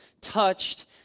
touched